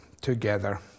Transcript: together